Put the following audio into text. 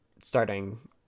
starting